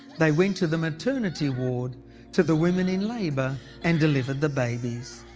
they went to the maternity ward to the women in labour and delivered the babies.